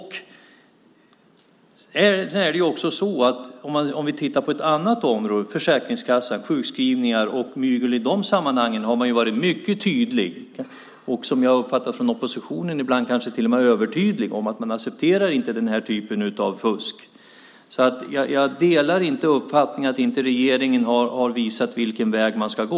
När det gäller ett annat område - Försäkringskassan, sjukskrivningar och mygel i de sammanhangen - har man varit mycket tydlig och, som jag uppfattar det från oppositionen, ibland till och med övertydlig med att man inte accepterar den typen av fusk. Jag delar inte uppfattningen att regeringen inte har visat vilken väg man ska gå.